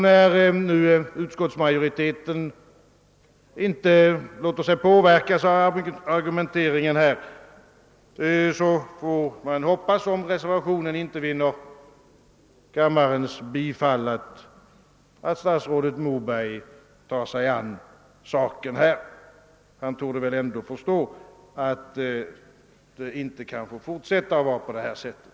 När nu utskottsmajoriteten inte låter sig påverkas av argumenteringen här, får man hoppas, om reservationen inte vinner kammarens bifall, att statsrådet Moberg tar sig an saken. Han torde ändå förstå, att det inte kan få fortsätta att vara på detta sätt.